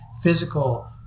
physical